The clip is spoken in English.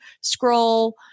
scroll